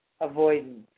avoidance